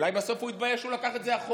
אולי בסוף הוא יתבייש שהוא לקח את זה אחורה.